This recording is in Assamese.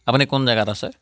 আপুনি কোন জেগাত আছে